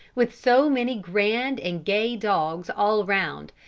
with so many grand and gay dogs all round,